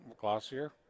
glossier